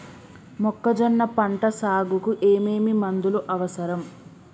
మొక్కజొన్న పంట సాగుకు ఏమేమి మందులు అవసరం?